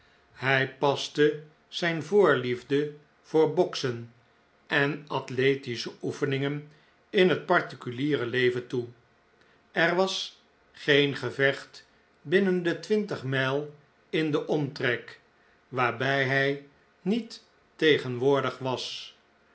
hij paste zijn voorliefde voor boksen en athletische oefeningen in het particuliere leven toe er was geen gevecht binnen de twintig mijl in den omtrek waarbij hij niet tegenwoordig was